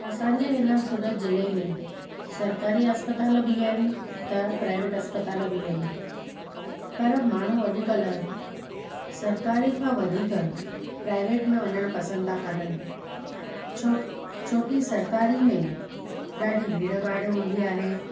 असांजे हिन सूरत जिले में सरकारी हस्पताल बि आहिनि त प्राइवेट हस्पताल बि आहिनि पर माण्हू अॼुकल्ह सरकारी खां वधीक प्राइवेट में वञणु पसंदि था कनि छो छोकी सरकारी में ॾाढी भीड़ भाड़ हूंदी आहे